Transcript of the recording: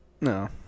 no